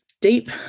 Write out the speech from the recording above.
deep